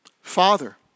father